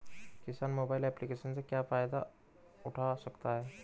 किसान mobile application से क्या फायदा उठा सकता है?